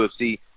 UFC